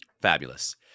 Fabulous